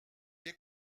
est